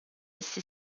essi